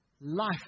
life